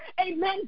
Amen